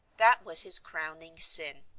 that was his crowning sin.